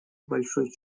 большой